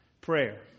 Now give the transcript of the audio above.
prayer